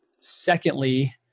Secondly